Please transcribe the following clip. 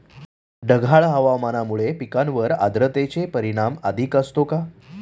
ढगाळ हवामानामुळे पिकांवर आर्द्रतेचे परिणाम अधिक असतो का?